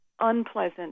unpleasant